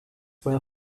where